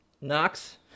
Knox